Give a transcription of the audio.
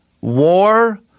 war